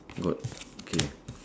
good okay